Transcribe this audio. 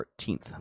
14th